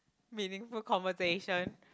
meaningful conversation